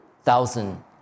thousand